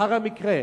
לאחר המקרה.